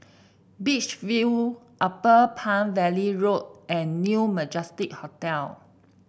Beach View Upper Palm Valley Road and New Majestic Hotel